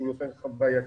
שהוא יותר חוויתי.